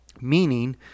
Meaning